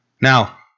Now